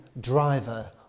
driver